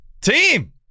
team